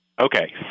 Okay